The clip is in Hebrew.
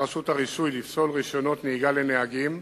רשות הרישוי לפסול רשיונות נהיגה לנהגים